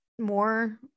more